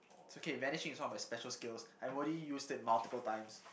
it's okay vanishing is one of my special skills I've already used it multiple times